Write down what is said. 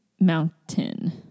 Mountain